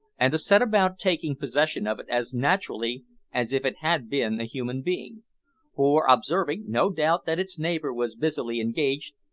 and to set about taking possession of it as naturally as if it had been a human being for, observing, no doubt, that its neighbour was busily engaged,